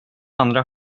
andra